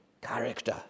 character